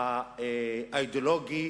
האידיאולוגי,